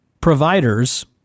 providers